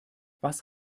was